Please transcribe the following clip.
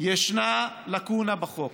ישנה לקונה בחוק